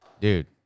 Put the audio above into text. dude